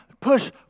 Push